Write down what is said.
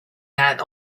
that